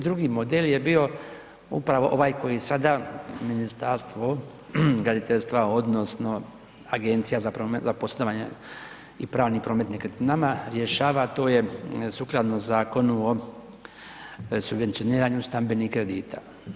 Drugi model je bio upravo ovaj koji sada Ministarstvo graditeljstva odnosno Agencija za poslovanje i pravni promet nekretninama rješava, to je sukladno Zakonu o subvencioniranju stambenih kredita.